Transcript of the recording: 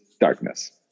darkness